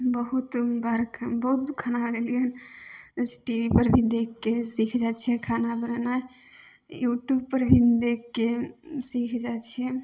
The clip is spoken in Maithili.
बहुत बार बहुत खाना बनेलिए टी वी पर भी देखिके सिख जाइ छिए खाना बनेनाइ यूट्यूबपर भी देखिके सिख जाइ छिए